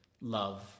love